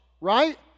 right